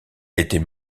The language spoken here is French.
était